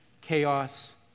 chaos